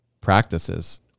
practices